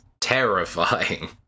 terrifying